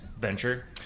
venture